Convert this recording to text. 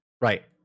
right